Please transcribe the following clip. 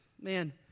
man